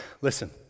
Listen